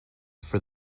for